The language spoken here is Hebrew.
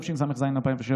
התשס"ז 2007,